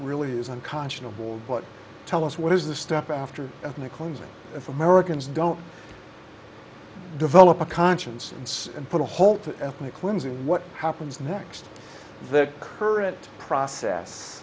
really was unconscionable but tell us what is the step after of the closing if americans don't develop a conscience and put a halt to ethnic cleansing what happens next the current process